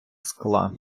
скла